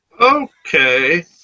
Okay